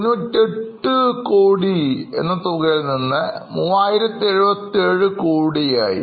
4598 CRORE എന്ന തുകയിൽനിന്ന് 3077 Crore ആയി